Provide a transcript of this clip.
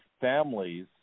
families